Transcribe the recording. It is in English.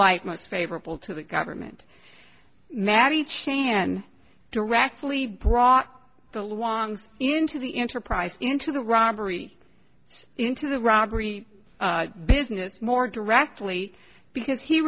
light most favorable to the government matty chan directly brought the longs into the enterprise into the robbery into the robbery business more directly because he